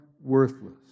worthless